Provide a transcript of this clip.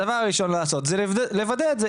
הדבר הראשון לעשות זה לוודא את זה.